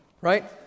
right